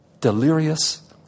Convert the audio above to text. delirious